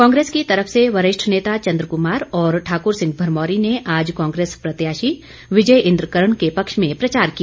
कांग्रेस की तरफ से वरिष्ठ नेता चंद्र कुमार और ठाकुर सिह भरमौरी ने आज कांग्रेस प्रत्याशी विजय इंद्र कर्ण के पक्ष में प्रचार किया